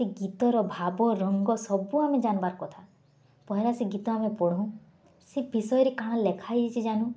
ସେ ଗୀତର ଭାବ ରଙ୍ଗ ସବୁ ଆମେ ଜାନ୍ବାର୍ କଥା ପହେଲା ସେ ଗୀତ ଆମେ ପଢ଼ୁଁ ସେ ବିଷୟରେ କାଣା ଲେଖା ହେଇଛେ ଜାନୁ